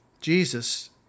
Jesus